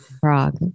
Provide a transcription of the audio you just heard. Frog